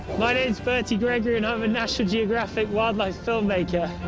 my name is bertie gregory and i'm a national geographic wildlife filmmaker.